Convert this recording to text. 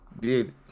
Dude